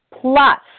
plus